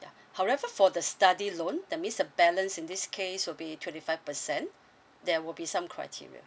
ya however for the study loan that means the balance in this case will be twenty five percent there will be some criteria